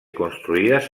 construïdes